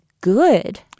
good